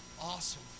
awesome